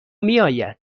میآید